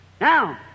Now